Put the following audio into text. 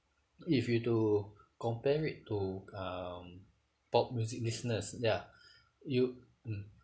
if you were to compare it to um pop music listeners ya you'd mm